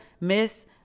miss